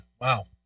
wow